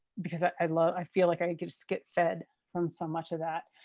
because i love, i feel like i could just get fed from so much of that.